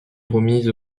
remise